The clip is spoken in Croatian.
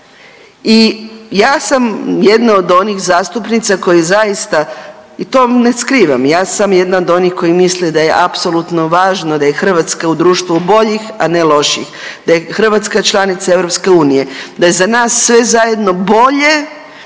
I ja sam jedna od onih zastupnica koje zaista i to ne skrivam, ja sam jedna od onih koji misle da je apsolutno važno da je Hrvatska u društvu boljih, a ne lošijih, da je Hrvatska članica EU, da je za nas sve zajedno bolje